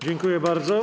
Dziękuję bardzo.